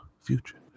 future